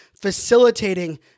facilitating